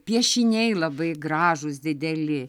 piešiniai labai gražūs dideli